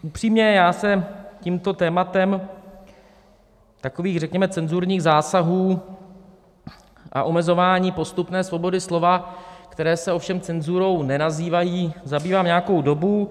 Upřímně, já se tímto tématem, takových řekněme cenzurních zásahů a omezování postupné svobody slova, které se ovšem cenzurou nenazývají, zabývám nějakou dobu.